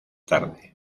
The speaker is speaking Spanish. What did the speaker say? tarde